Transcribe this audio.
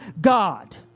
God